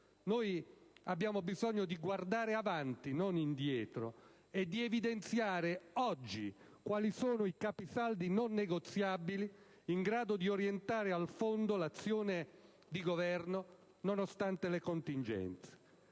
invece bisogno di guardare avanti, non indietro, e di evidenziare oggi quali sono i capisaldi non negoziabili in grado di orientare al fondo l'azione di governo nonostante le contingenze.